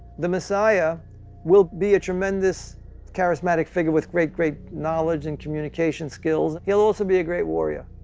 the messiah will be a tremendous charismatic figure with great great knowledge and communication skills. he will also be a great warrior.